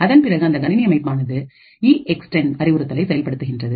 அதன் பிறகு அந்த கணினி அமைப்பானது ஈஎக்ஸ்டெண்ட் அறிவுறுத்தலை செயல்படுகின்றது